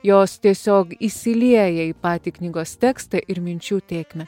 jos tiesiog įsilieja į patį knygos tekstą ir minčių tėkmę